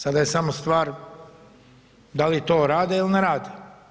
Sada je samo stvar da li to rade ili ne rade.